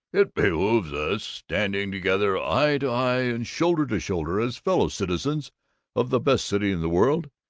it behooves us, standing together eye to eye and shoulder to shoulder as fellow-citizens of the best city in the world,